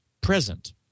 present